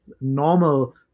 normal